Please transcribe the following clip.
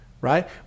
Right